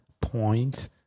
point